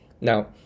Now